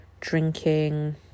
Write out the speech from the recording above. drinking